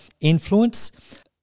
influence